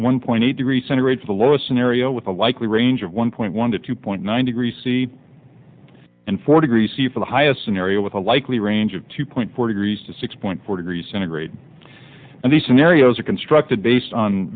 one point eight degrees centigrade to the lowest scenario with a likely range of one point one to two point nine degrees c and four degrees c for the highest scenario with a likely range of two point four degrees to six point four degrees centigrade and these scenarios are constructed based on